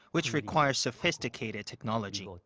which requires sophisticated technology. like